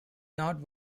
not